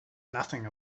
nothing